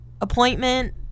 Appointment